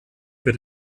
für